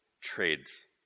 trades